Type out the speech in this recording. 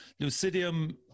lucidium